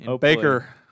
Baker